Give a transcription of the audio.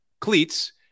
cleats